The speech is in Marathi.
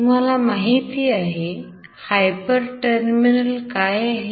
तुम्हाला माहिती आहे हायपर टर्मिनल काय आहे